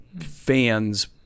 fans